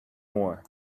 more